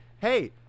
hey